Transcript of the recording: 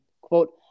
quote